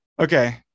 okay